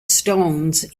stones